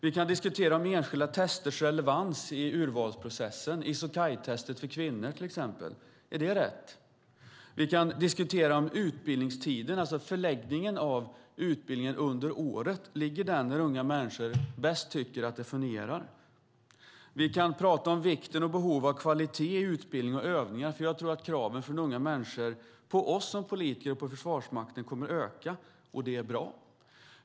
Vi kan diskutera enskilda testers relevans i urvalsprocessen, till exempel om isokaitestet för kvinnor är rätt. Vi kan diskutera utbildningstiderna, om förläggningen av utbildningen under året ligger där unga människor tycker att det fungerar bäst. Vi kan tala om vikten och behovet av kvalitet i utbildning och övningar. Jag tror att unga människors krav på oss politiker och på Försvarsmakten kommer att öka. Detta är bra.